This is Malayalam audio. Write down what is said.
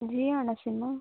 ജിയോ ആണോ സിമ്